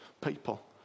people